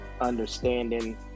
understanding